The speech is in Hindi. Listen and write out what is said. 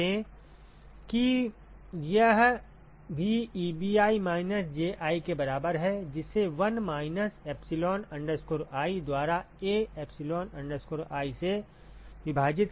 ध्यान दें कि यह भी Ebi माइनस Ji के बराबर है जिसे 1 माइनस epsilon i द्वारा A epsilon i से विभाजित किया गया है